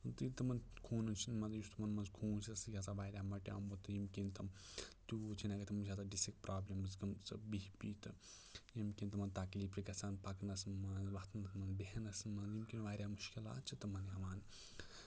تہٕ تِمَن خوٗن چھُ مان ژٕ یُس تِمَن منٛز خوٗن چھُ سُہ چھُ آسان واریاہ مَۄٹیٛومُت تہٕ ییٚمہِ کِنۍ تِم تیٛوٗت چھِنہٕ ہٮ۪کن زیادٕ ڈِسک پرٛابلِمٕز بی پی تہٕ ییٚمہِ کِنۍ تِمَن تَکلیٖف چھُ گژھان پَکنَس منٛز وۅتھنَس منٛز بیٚہنَس منٛز ییٚمہِ کِنۍ واریاہ مُشکِلات چھِ تِمَن یِوان